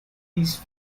these